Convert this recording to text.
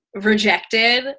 rejected